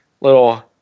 little